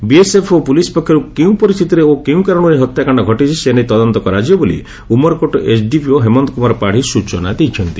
BSF ଓ police ପକ୍ଷରୁ କେଉଁ ପରିସ୍ଥିତିରେ ଓ କେଉଁ କାରଣରୁ ଏହି ହତ୍ୟାକାଣ୍ଡ ଘଟିଛି ସେନେଇ ତଦନ୍ତ କରାଯିବ ବୋଲି ଉମରକୋଟ ଏସ୍ଡିପିଓ ହେମନ୍ତ କୁମାର ପାଡ଼ୀ ସୂଚନା ପ୍ରଦାନ କରିଛନ୍ତି